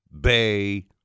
bay